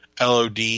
LOD